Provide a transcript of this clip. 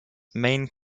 main